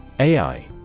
AI